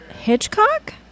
Hitchcock